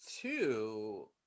two